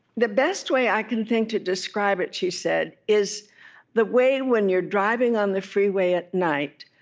the best way i can think to describe it she said, is the way, when you're driving on the freeway at night,